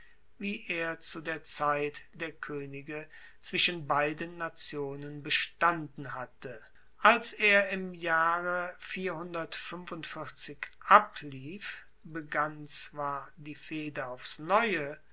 wie er zu der zeit der koenige zwischen beiden nationen bestanden hatte als er im jahre ablief begann zwar die fehde aufs neue